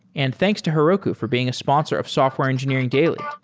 and thanks to heroku for being a sponsor of software engineering daily